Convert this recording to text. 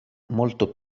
molto